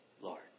Lord